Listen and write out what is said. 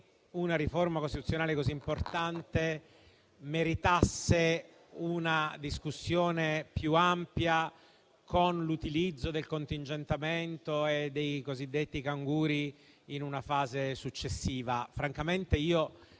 una riforma costituzionale così importante meritasse una discussione più ampia, con l'utilizzo del contingentamento e dei cosiddetti canguri in una fase successiva. Francamente io,